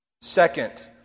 Second